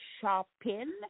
shopping